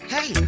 Hey